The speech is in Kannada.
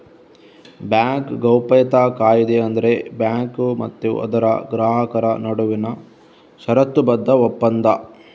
ಬ್ಯಾಂಕ್ ಗೌಪ್ಯತಾ ಕಾಯಿದೆ ಅಂದ್ರೆ ಬ್ಯಾಂಕು ಮತ್ತೆ ಅದರ ಗ್ರಾಹಕರ ನಡುವಿನ ಷರತ್ತುಬದ್ಧ ಒಪ್ಪಂದ